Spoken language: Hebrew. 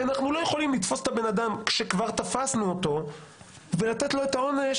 אנחנו לא יכולים לתפוס את הבן אדם כשכבר תפסנו אותו ולתת לו את העונש